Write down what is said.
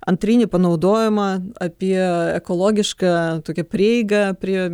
antrinį panaudojimą apie ekologišką tokią prieigą prie